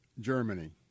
Germany